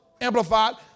amplified